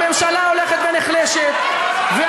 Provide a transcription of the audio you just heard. הממשלה הולכת ונחלשת, אתה מבזה את המשכן.